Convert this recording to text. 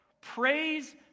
praise